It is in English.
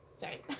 Sorry